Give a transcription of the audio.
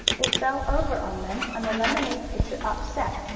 it fell over on them, and the lemonade pitcher upset,